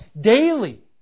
daily